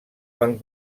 van